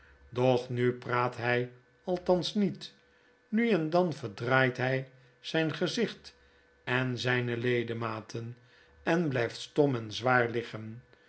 doch nu praat hy althans niet nu en dan verdraait hy zyn gezicht en zyne ledematen en blijft stom en zwaar